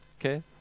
okay